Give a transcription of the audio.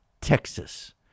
Texas